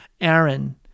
Aaron